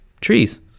Trees